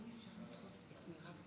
אתמול הקשבתי לרדיו.